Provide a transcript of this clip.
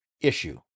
issue